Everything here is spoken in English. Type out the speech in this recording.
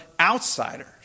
outsiders